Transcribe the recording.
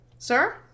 Sir